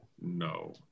No